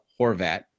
Horvat